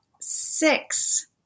six